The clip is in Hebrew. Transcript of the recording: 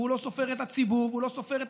הוא לא סופר את הציבור והוא לא סופר את